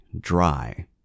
dry